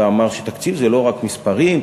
ואמר שתקציב זה לא רק מספרים,